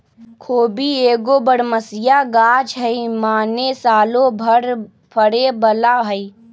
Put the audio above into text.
खोबि एगो बरमसिया ग़ाछ हइ माने सालो भर फरे बला हइ